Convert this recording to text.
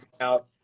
out